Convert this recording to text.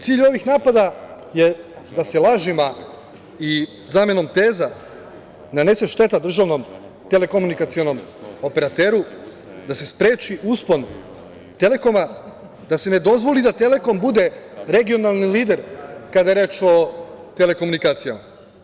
Cilj ovih napada je da se lažima i zamenom teza, nanese šteta državnom telekomunikacionom operateru, da se spreči uspon „Telekoma“, da se ne dozvoli da „Telekom“ bude regionalni lider, kada je reč o telekomunikacijama.